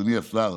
אדוני השר,